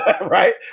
Right